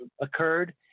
occurred